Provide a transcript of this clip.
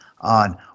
on